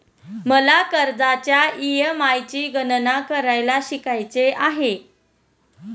मला कर्जाच्या ई.एम.आय ची गणना करायला शिकायचे आहे